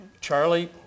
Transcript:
Charlie